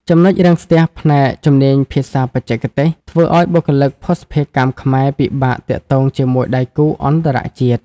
ចំណុចរាំងស្ទះផ្នែក "ជំនាញភាសាបច្ចេកទេស" ធ្វើឱ្យបុគ្គលិកភស្តុភារកម្មខ្មែរពិបាកទាក់ទងជាមួយដៃគូអន្តរជាតិ។